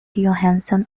johansson